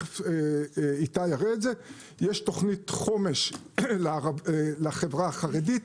יש תוכנית חומש לחברה החרדית.